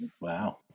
Wow